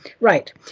Right